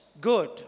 good